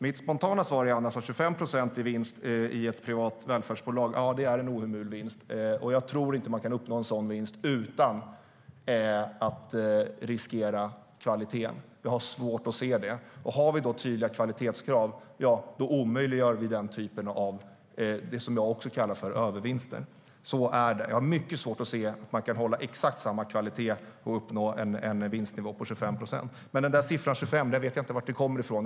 Mitt spontana svar är annars att 25 procent i vinst i ett privat välfärdsbolag är en ohemul vinst. Jag tror inte att man uppnå en sådan vinst utan att riskera kvaliteten. Jag har svårt att se det. Om vi har tydliga kvalitetskrav omöjliggör vi den typen av övervinster, som jag också kallar dem. På det sättet är det. Jag har mycket svårt att se hur man kan hålla exakt samma kvalitet och uppnå en vinstnivå på 25 procent. Men jag vet inte var siffran 25 procent kommer ifrån.